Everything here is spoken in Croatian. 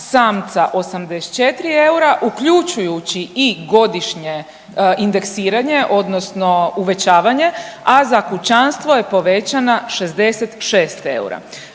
samca za 84 eura uključujući i godišnje indeksiranje odnosno uvećavanje, a za kućanstvo je povećana 66 eura.